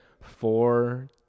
four